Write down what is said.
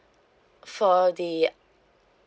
for the